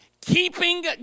Keeping